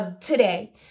today